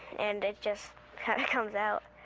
and it's just had comes out